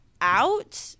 out